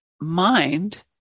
mind